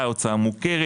הוצאה מוכרת.